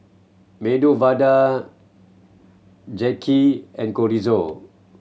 Medu Vada Japchae and Chorizo